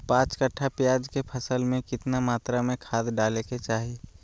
पांच कट्ठा प्याज के फसल में कितना मात्रा में खाद डाले के चाही?